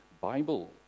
Bible